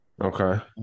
Okay